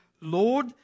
Lord